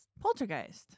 Poltergeist